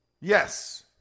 Yes